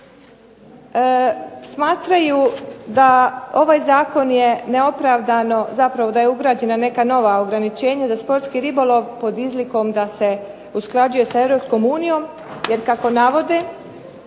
Smatraju da ovaj zakon je neopravdano, zapravo da je … /Govornica se ne razumije./… neka nova ograničenja za sportski ribolov pod izlikom da se usklađuje sa EU jer kako navode